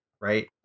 right